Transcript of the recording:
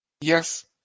Yes